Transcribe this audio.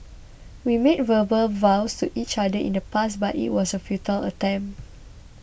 we made verbal vows to each other in the past but it was a futile attempt